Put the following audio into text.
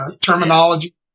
terminology